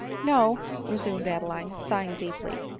no, resumed adeline, sighing deeply,